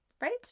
right